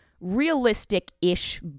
realistic-ish